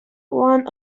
one